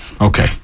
okay